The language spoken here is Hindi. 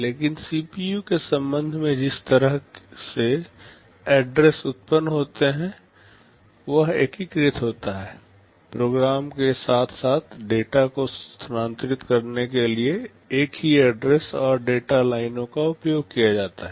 लेकिन सीपीयू के संबंध में जिस तरह से एड्रेस उत्पन्न होते हैं वह एकीकृत होता है प्रोग्राम के साथ साथ डेटा को स्थानांतरित करने के लिए एक ही एड्रेस और डेटा लाइनों का उपयोग किया जाता है